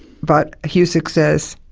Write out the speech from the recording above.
but husik says,